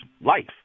life